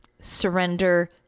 surrender